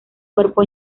cuerpo